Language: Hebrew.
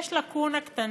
יש לקונה קטנה,